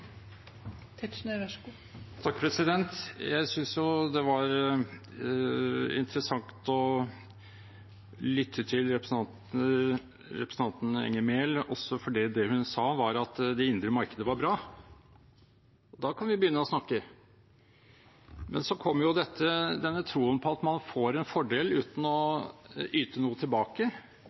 fordi det hun sa, var at det indre markedet var bra. Da kan vi begynne å snakke. Men så kommer denne troen på at man får en fordel uten å yte noe tilbake.